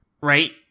right